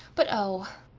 but oh,